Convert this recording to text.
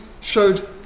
showed